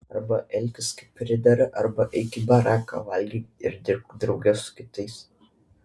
arba elkis kaip pridera arba eik į baraką valgyk ir dirbk drauge su kitais